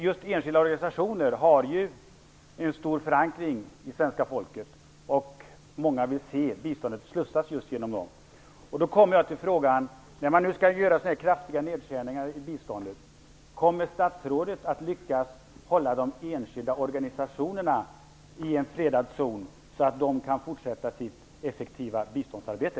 Just enskilda organisationer har ju en stark förankring bland svenska folket, och många vill se biståndet slussas just genom dem. Jag kommer då till frågan: När man skall göra så här kraftiga nedskärningar i biståndet, kommer statsrådet att lyckas hålla de enskilda organisationerna i en fredad zon, så att de kan fortsätta sitt effektiva biståndsarbete?